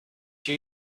you